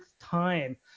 time